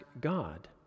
God